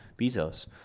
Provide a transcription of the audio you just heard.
Bezos—